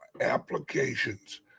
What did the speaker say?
applications